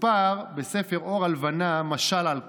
מסופר בספר "אור הלבנה" משל על כך: